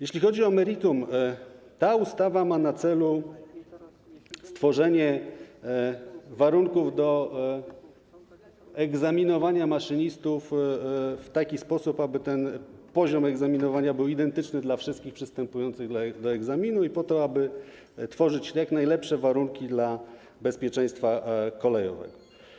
Jeśli chodzi o meritum, to ta ustawa ma na celu stworzenie warunków do egzaminowania maszynistów w taki sposób, aby poziom egzaminowania był identyczny dla wszystkich przystępujących do egzaminu i po to, aby tworzyć jak najlepsze warunki dla bezpieczeństwa kolejowego.